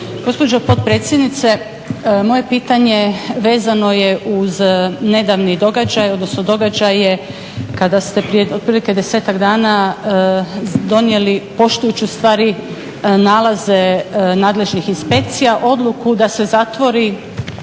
Gospođo potpredsjednice moje pitanje vezano je uz nedavni događaj, odnosno događaje kada ste prije jedno otprilike desetak dana donijeli, poštujući ustvari nalaze nadležnih inspekcija, odluku da se zatvori